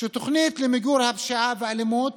שתוכנית למיגור הפשיעה והאלימות